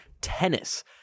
tennis